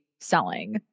selling